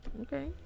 Okay